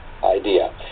idea